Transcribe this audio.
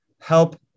help